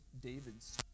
David's